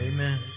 Amen